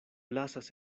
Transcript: lasas